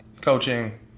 coaching